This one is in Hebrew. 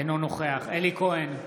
אינו נוכח אלי כהן,